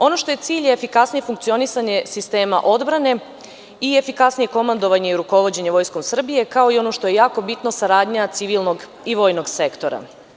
Ono što je cilj je efikasnije funkcionisanje sistema odbrane i efikasnije komandovanje i rukovođenje Vojskom Srbije, kao i ono što je jako bitno saradnja civilnog i vojnog sektora.